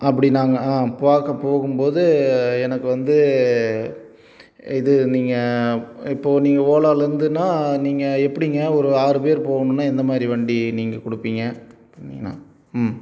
அப்படி நாங்கள் ஆ பார்க்க போகும்போது எனக்கு வந்து இது நீங்கள் இப்போது நீங்கள் ஓலாலேருந்துன்னா நீங்கள் எப்படிங்க ஒரு ஆறு பேர் போகணும்னா எந்தமாதிரி வண்டி நீங்கள் கொடுப்பீங்க ம்